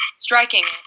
striking